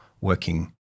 working